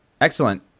Excellent